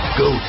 go